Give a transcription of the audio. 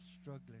struggling